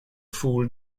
fool